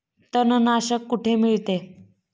तणनाशक कुठे मिळते?